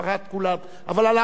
אבל על האדמות שלנו.